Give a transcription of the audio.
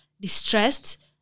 distressed